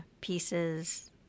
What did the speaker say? pieces